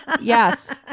Yes